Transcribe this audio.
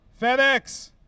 FedEx